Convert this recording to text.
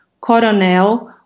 coronel